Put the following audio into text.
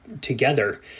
together